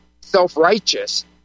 self-righteous